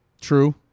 True